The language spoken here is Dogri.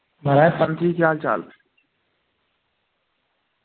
महाराज जी केह् हाल चाल